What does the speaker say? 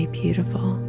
beautiful